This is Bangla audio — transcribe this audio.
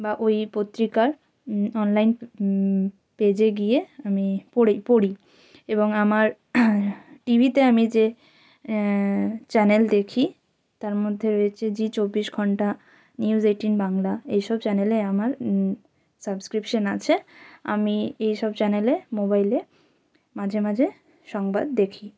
বা ওই পত্রিকার অনলাইন পেজে গিয়ে আমি পড়ি এবং আমার টিভিতে আমি যে চ্যানেল দেখি তার মধ্যে রয়েছে জি চব্বিশ ঘণ্টা নিউজ এইট্টিন বাংলা এই সব চ্যানেলে আমার সাবস্ক্রিপশন আছে আমি এই সব চ্যানেলে মোবাইলে মাঝে মাঝে সংবাদ দেখি